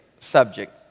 subject